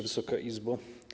Wysoka Izbo!